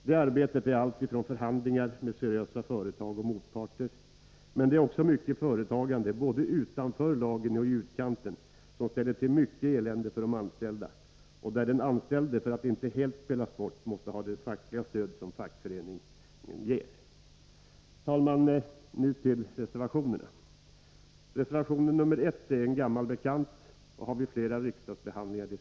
Det arbetet gäller bl.a. förhandlingar med seriösa företag och motparter, men det finns också mycket företagande — både utanför lagen och i dess utkant — som ställer till mycket elände för de anställda och där de anställda för att inte helt spelas bort måste ha det stöd som fackföreningen ger. Fru talman! Nu till reservationerna. Reservation 1 är en gammal bekant och har diskuterats vid flera riksdagsbehandlingar.